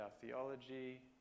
theology